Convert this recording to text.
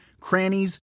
crannies